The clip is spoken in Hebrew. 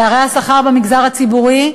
פערי השכר במגזר הציבורי,